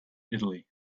italy